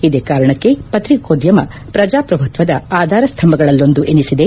ಇದೇ ಕಾರಣಕ್ಕೆ ಪತ್ರಿಕೋದ್ಯಮ ಪ್ರಜಾಪ್ರಭುತ್ವದ ಆಧಾರಸ್ತಂಭಗಳಲ್ಲೊಂದು ಎನಿಸಿದೆ